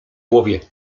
głowie